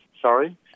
Sorry